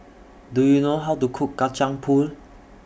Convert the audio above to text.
Do YOU know How to Cook Kacang Pool